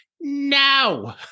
No